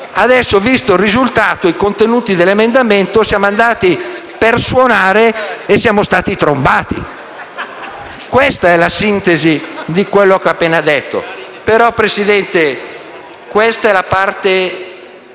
Adesso, visti i risultati e i contenuti dell'emendamento, siamo andati per suonare e siamo stati trombati. Questa è la sintesi di quello che ho appena detto. Tuttavia, signora Presidente, la parte